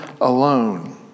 alone